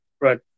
right